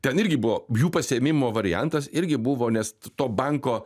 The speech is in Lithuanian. ten irgi buvo jų pasiėmimo variantas irgi buvo nes to banko